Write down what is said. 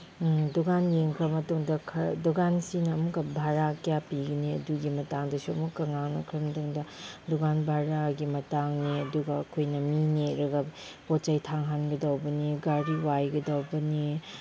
ꯗꯨꯀꯥꯟ ꯌꯦꯡꯈ꯭ꯔ ꯃꯇꯨꯡꯗ ꯈꯔ ꯗꯨꯀꯥꯟꯁꯤꯅ ꯑꯃꯨꯛꯀ ꯚꯔꯥ ꯀꯌꯥ ꯄꯤꯒꯅꯤ ꯑꯗꯨꯒꯤ ꯃꯇꯥꯡꯗꯁꯨ ꯑꯃꯨꯛꯀ ꯉꯥꯡꯅꯈ꯭ꯔ ꯃꯇꯨꯡꯗ ꯗꯨꯀꯥꯟ ꯚꯔꯥꯒꯤ ꯃꯇꯥꯡꯅꯤ ꯑꯗꯨꯒ ꯑꯩꯈꯣꯏꯅ ꯃꯤ ꯅꯦꯛꯂꯒ ꯄꯣꯠ ꯆꯩ ꯊꯥꯡꯍꯟꯒꯗꯧꯕꯅꯤ ꯒꯥꯔꯤ ꯋꯥꯏꯒꯗꯧꯕꯅꯤ